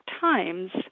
Times